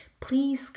please